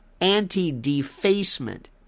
anti-defacement